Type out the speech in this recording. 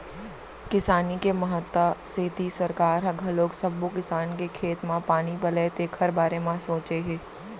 किसानी के महत्ता सेती सरकार ह घलोक सब्बो किसान के खेत म पानी पलय तेखर बारे म सोचे हे